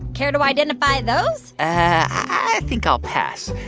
care to identify those? i think i'll pass.